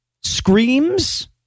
screams